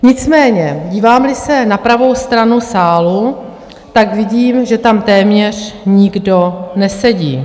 Nicméně dívámli se na pravou stranu sálu, tak vidím, že tam téměř nikdo nesedí.